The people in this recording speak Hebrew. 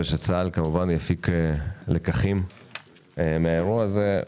וצה"ל יפיק לקחים מהאירוע הזה.